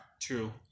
True